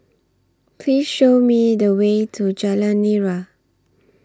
Please Show Me The Way to Jalan Nira